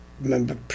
Remember